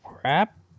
crap